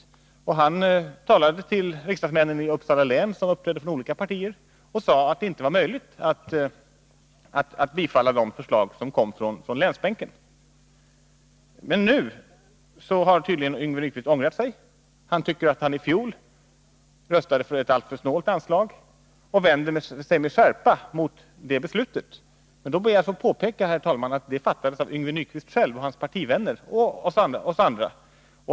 Göran Karlsson talade till riksdagsmännen från Uppsala län inom olika partier och förklarade att det inte var möjligt att tillstyrka de förslag som kom från länsbänken. Nu har tydligen Yngve Nyquist ångrat sig. Han tycker att han i fjol röstade för ett alltför snålt anslag och vänder sig med skärpa mot beslutet. Men då ber jag att få påpeka, herr talman, att det beslutet fattades av Yngve Nyquist själv, av hans partivänner och av oss andra.